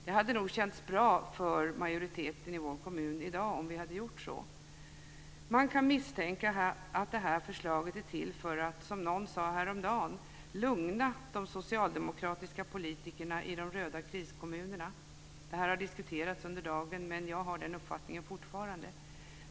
Det hade nog känts bra för majoriteten i vår kommun i dag om man hade gjort det. Man kan misstänka att det här förslaget är till för att, som någon sade häromdagen, lugna de socialdemokratiska politikerna i de "röda" kriskommunerna. Det här har diskuterats under dagen, men jag har fortfarande den uppfattningen.